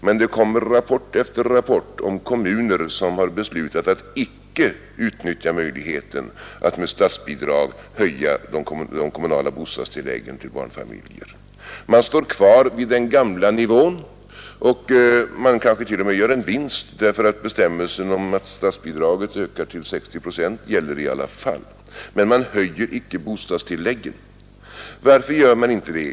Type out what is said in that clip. Det kommer emellertid rapport efter rapport från kommuner som har beslutat att icke utnyttja möjligheten att med statsbidrag höja de kommunala bostadstilläggen till barnfamiljer. Kommunerna står kvar på den gamla nivån, och de gör kanske t.o.m. en vinst därför att bestämmelsen om att statsbidraget ökar till 60 procent gäller även om man inte höjer bostadstilläggen — och det gör man många gånger inte. Varför gör man inte det?